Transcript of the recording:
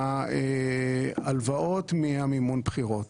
ההלוואות ממימון הבחירות